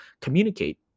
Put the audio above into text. communicate